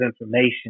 information